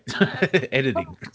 editing